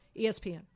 ESPN